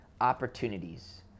opportunities